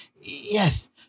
Yes